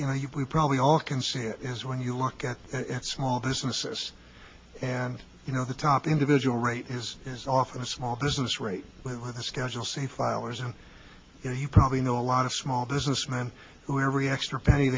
you know you we probably all can see it is when you look at small businesses and you know the top individual rate as is often a small business rate with a schedule c filers and you know you probably know a lot of small businessman who every extra penny